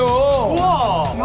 oh